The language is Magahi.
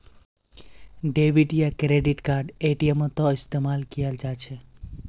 डेबिट या क्रेडिट कार्ड एटीएमत इस्तेमाल कियाल जा छ